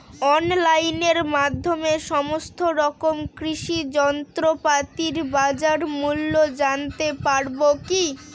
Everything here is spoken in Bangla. অনলাইনের মাধ্যমে সমস্ত রকম কৃষি যন্ত্রপাতির বাজার মূল্য জানতে পারবো কি?